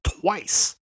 twice